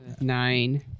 Nine